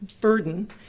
burden